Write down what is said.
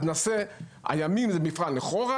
אז נעשה שהימים הם מבחן אחורה,